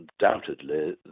undoubtedly